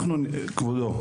כבודו,